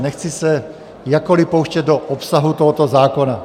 Nechci se jakkoliv pouštět do obsahu tohoto zákona.